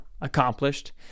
accomplished